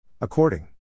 According